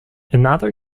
another